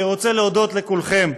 אני רוצה להודות לכולכם.